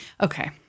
Okay